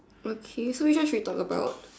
okay so you just read on the private